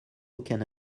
aucun